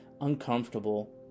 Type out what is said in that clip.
uncomfortable